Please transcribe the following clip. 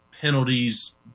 penalties